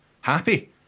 happy